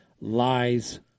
lies